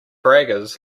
braggers